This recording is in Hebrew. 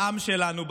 לעם שלנו,